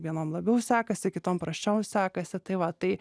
vienom labiau sekasi kitom prasčiau sekasi tai va tai